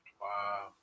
Wow